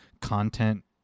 content